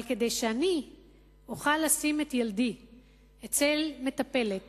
אבל שאני אוכל לשים את ילדי אצל מטפלת